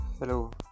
Hello